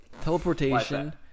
Teleportation